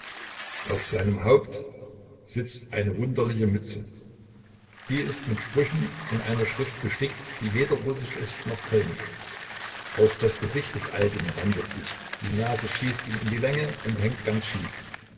auf seinem haupt sitzt eine wunderliche mütze die ist mit sprüchen in einer schrift bestickt die weder russisch ist noch polnisch auch das gesicht des alten wandelt sich die nase schießt ihm in die länge und hängt ganz schief